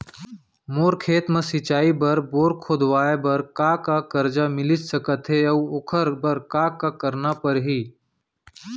मोर खेत म सिंचाई बर बोर खोदवाये बर का का करजा मिलिस सकत हे अऊ ओखर बर का का करना परही?